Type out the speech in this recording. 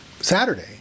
Saturday